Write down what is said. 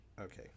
Okay